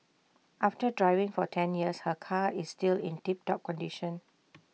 after driving for ten years her car is still in tip top condition